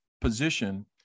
position